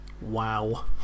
wow